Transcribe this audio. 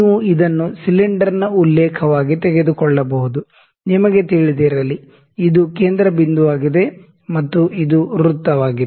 ನೀವು ಇದನ್ನು ಸಿಲಿಂಡರ್ನ ರೆಫೆರೆನ್ಸ್ ಆಗಿ ತೆಗೆದುಕೊಳ್ಳಬಹುದು ನಿಮಗೆ ತಿಳಿದಿರಲಿ ಇದು ಕೇಂದ್ರ ಬಿಂದುವಾಗಿದೆ ಮತ್ತು ಇದು ವೃತ್ತವಾಗಿದೆ